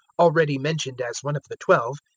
already mentioned as one of the twelve,